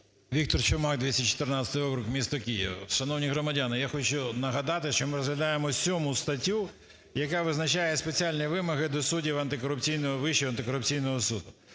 Віктор Чумак, 214 округ, місто Київ. Шановні громадяни, я хочу нагадати, що ми розглядаємо 7 статтю, яка визначає спеціальні вимоги до суддів Вищого антикорупційного суду.